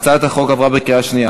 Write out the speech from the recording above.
הצעת החוק עברה בקריאה שנייה.